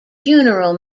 funeral